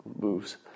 moves